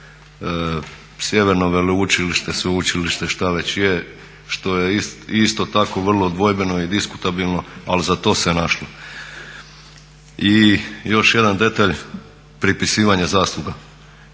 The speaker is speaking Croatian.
Sjeverno veleučilište, sveučilište što već je, što je isto tako vrlo dvojbeno i diskutabilno al za to se našlo. I još jedan detalj, pripisivanje zasluga.